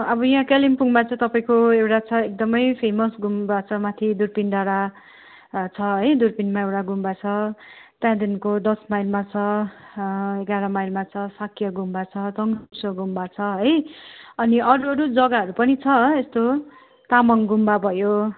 अब यहाँ कालिम्पोङमा चाहिँ तपाईँको एउटा छ एकदमै फेमस गुम्बा छ माथि दुर्पिन डाँडा छ है दुर्पिनमा एउटा गुम्बा छ त्यहाँदेखिको दस माइलमा छ एघार माइलमा छ शाक्य गुम्बा छ थुङ्सा गुम्बा छ है अनि अरू अरू जग्गाहरू पनि छ यस्तो तामाङ गुम्बा भयो